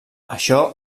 això